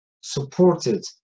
supported